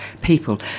People